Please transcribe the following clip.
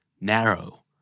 Narrow